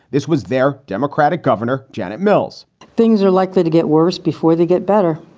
this was their democratic governor, janet mills. things are likely to get worse before they get better.